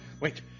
Wait